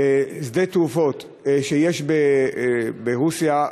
שדות-תעופה ברוסיה,